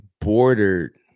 bordered